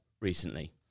recently